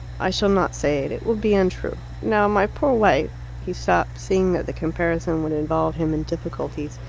i shall not say it. it will be untrue. now my poor wife he stopped, seeing that the comparison would involve him in difficulties.